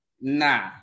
Nah